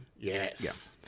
Yes